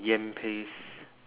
yam paste